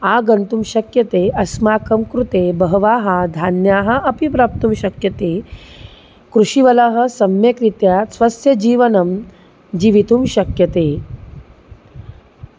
आगन्तुं शक्यते अस्माकं कृते बहवः धान्याः अपि प्राप्तुं शक्यते कृषीवलः सम्यग्रीत्या स्वस्य जीवनं जिवितुं शक्यते